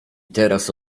teraz